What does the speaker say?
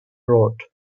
road